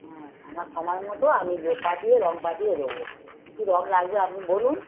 হ্যাঁ আমার সময় মতো আমি লোক পাঠিয়ে রং পাঠিয়ে দেবো কী কী রং লাগবে আপনি বলুন